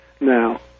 Now